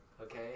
Okay